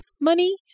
money